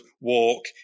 walk